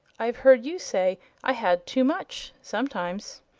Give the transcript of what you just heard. i've heard you say i had too much, sometimes.